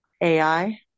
AI